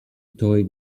toy